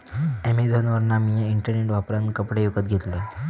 अॅमेझॉनवरना मिया इंटरनेट वापरान कपडे विकत घेतलंय